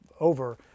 over